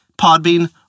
Podbean